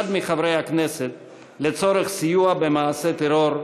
מחברי הכנסת לצורך סיוע במעשה טרור,